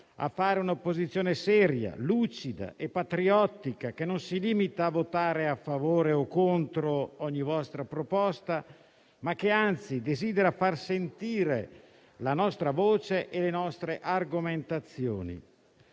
a fare un'opposizione seria, lucida e patriottica, che non si limita a votare a favore o contro ogni vostra proposta, ma che anzi desidera far sentire la nostra voce e le nostre argomentazioni.